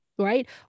right